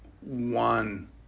one